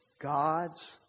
God's